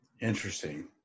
Interesting